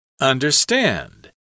Understand